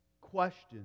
questions